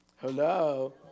Hello